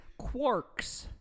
quarks